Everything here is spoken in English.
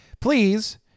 please